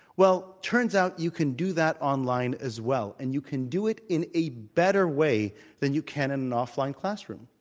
well, turns out you can do that online as well, and you can do it in a better way than you can in an offline classroom.